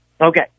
Okay